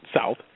south